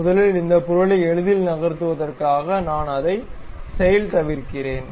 முதலில் இந்த பொருளை எளிதில் நகர்த்துவதற்காக நான் அதை செயல்தவிர்க்கிறேன்